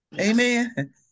Amen